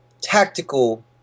tactical